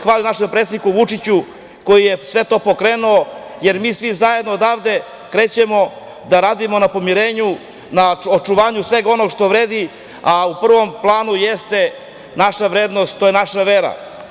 Hvala predsedniku Vučiću koji je sve to pokrenuo, jer mi svi zajedno odavde krećemo da radimo na pomirenju, na očuvanju svega onoga što vredi, a u prvom planu jeste naša vrednost, to je naša vera.